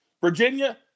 Virginia